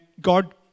God